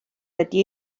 wedi